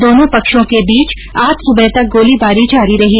दोनों पक्षों के बीच आज सुबह तक गोलीबारी जारी रही